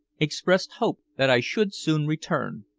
expressed hope that i should soon return.